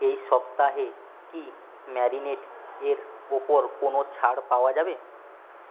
এই সপ্তাহে কি ম্যারিনেডের ওপর কোনও ছাড় পাওয়া যাবে